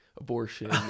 Abortion